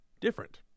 different